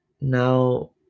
Now